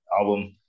album